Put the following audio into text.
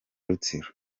rutsiro